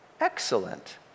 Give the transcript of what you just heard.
excellent